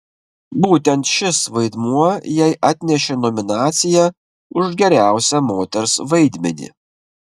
būtent šis vaidmuo jai atnešė nominaciją už geriausią moters vaidmenį